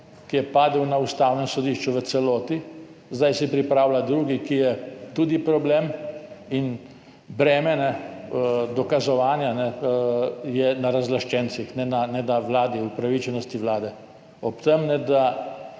ki je padel na Ustavnem sodišču, v celoti, zdaj se pripravlja drugi, ki je tudi problem, in sicer, breme dokazovanja je na razlaščencih, ne na upravičenosti vlade, ob tem, da